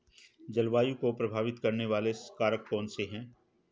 जलवायु को प्रभावित करने वाले कारक कौनसे हैं?